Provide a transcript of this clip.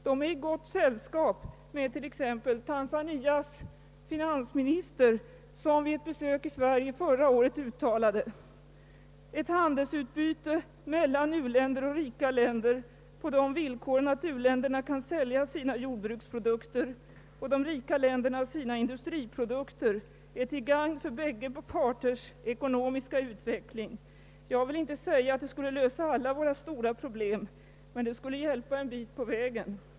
De är i gott sällskap med t.ex. Tanzanias finansminister, som vid ett besök i Sverige förra året uttalade: »Ett handelsutbyte mellan u-länder och rika länder på de villkoren att uländerna kan sälja sina jordbruksprodukter och de rika länderna sina industriprodukter är till gagn för bägge parters ekonomiska utveckling. Jag vill inte säga att det skulle lösa alla våra stora problem, men det skulle hjälpa en bit på väg.